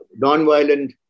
nonviolent